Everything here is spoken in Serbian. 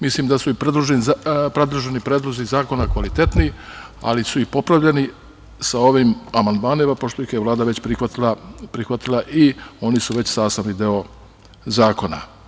Mislim da su predloženi predlozi zakona kvalitetni, ali su i popravljeni sa ovim amandmanima pošto ih je Vlada već prihvatila i oni su već sastavni deo zakona.